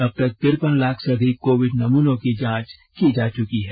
अबतक तिरपन लाख से अधिक कोविड नमूनों की जांच की चुकी है